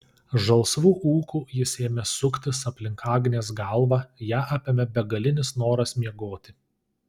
žalsvu ūku jis ėmė suktis aplink agnės galvą ją apėmė begalinis noras miegoti